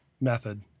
method